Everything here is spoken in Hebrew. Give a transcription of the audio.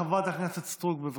חברת הכנסת סטרוק, בבקשה.